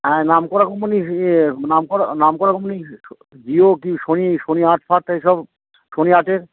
হ্যাঁ নাম করা কোম্পানির ইয়ে নাম করা নাম করা কম্পানি জিও কি সোনি সোনি আট ফাট এই সব সোনি আটের